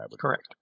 Correct